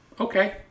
Okay